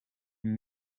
een